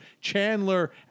Chandler